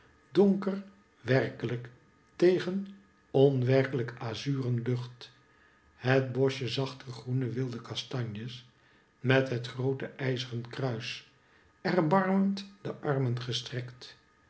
donker werkelijk tegen onwerkelijk azuren lucht het boschje zachter groene wilde kastanjes met het groote ijzeren kruis erbarmend de armen gestrekt